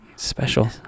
Special